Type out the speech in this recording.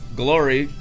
glory